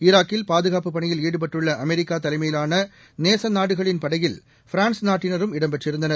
ஈராக்கில் பாதுகாப்புப் பணியில் ஈடுபட்டுள்ளஅமெரிக்காதலைமையிலானநேசநாடுகளின் படையில் ஃபிரான்ஸ் நாட்டினரும் இடம்பெற்றிருந்தனர்